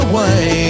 Away